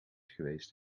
geweest